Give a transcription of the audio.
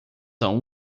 são